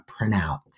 printout